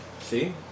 See